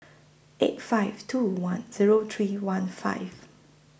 eight five two one Zero three one five